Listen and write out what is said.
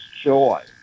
joy